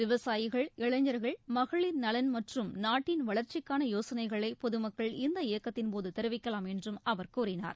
விவசாயிகள் இளைஞர்கள் மகளிர் நலன் மற்றும் நாட்டின் வளர்ச்சிக்கான யோசனைகளை பொதுமக்கள் இந்த இயக்கத்தின் போது தெரிவிக்கலாம் என்றும் அவர் கூறினார்